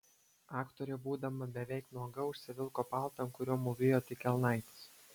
aktorė būdama beveik nuoga užsivilko paltą po kuriuo mūvėjo tik kelnaites